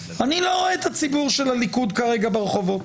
אני לא רואה את הציבור של הליכוד כרגע ברחובות,